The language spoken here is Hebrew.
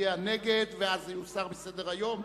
מצביע נגד, ואז זה יוסר מסדר-היום.